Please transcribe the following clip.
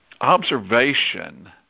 observation